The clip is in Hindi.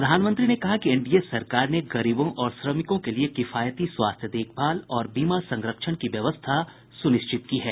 प्रधानमंत्री ने कहा कि एनडीए सरकार ने गरीबों और श्रमिकों के लिए किफायती स्वास्थ्य देखभाल और बीमा संरक्षण की व्यवस्था सुनिश्चित की है